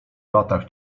latach